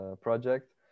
project